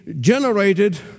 Generated